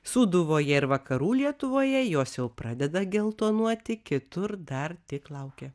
sūduvoje ir vakarų lietuvoje jos jau pradeda geltonuoti kitur dar tik laukia